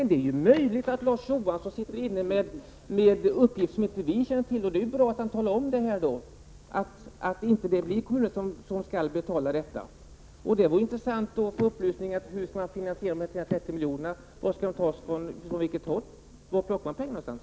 Det är möjligt att Larz Johansson sitter inne med uppgifter som vi inte känner till. Det är bra då om han talar om att det inte är kommunerna som skall få betala. Det vore intressant att få upplysning om varifrån dessa 330 milj. skall tas.